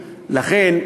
ולכן,